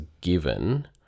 given